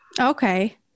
Okay